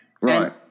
Right